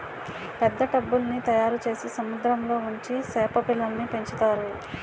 పెద్ద టబ్బుల్ల్ని తయారుచేసి సముద్రంలో ఉంచి సేప పిల్లల్ని పెంచుతారు